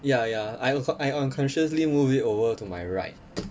ya ya I I unconsciously moved it over to my right